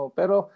pero